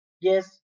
yes